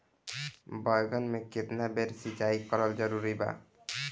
बैगन में केतना बेर सिचाई करल जरूरी बा?